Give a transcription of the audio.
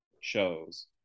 shows